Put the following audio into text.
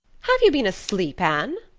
have you been asleep, anne?